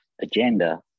agenda